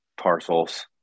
parcels